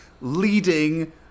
leading